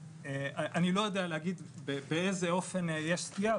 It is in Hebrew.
לא יודע באיזה אופן יש סטייה,